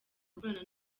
gukorana